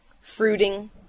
fruiting